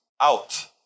out